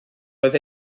oedd